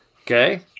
Okay